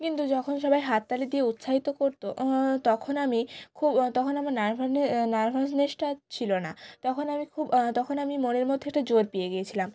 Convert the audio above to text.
কিন্তু যখন সবাই হাততালি দিয়ে উৎসাহিত করতো তখন আমি খুব তখন আমার নার্ভাসনেসটা ছিল না তখন আমি খুব তখন আমি মনের মধ্যে একটা জোর পেয়ে গিয়েছিলাম